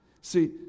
See